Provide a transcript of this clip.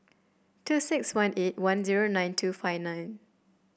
two six one eight one zero nine two five nine